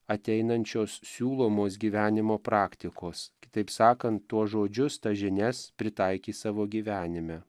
ateinančios siūlomos gyvenimo praktikos kitaip sakant tuos žodžius tas žinias pritaikys savo gyvenime